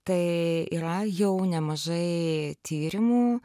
tai yra jau nemažai tyrimų